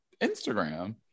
Instagram